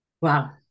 Wow